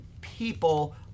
people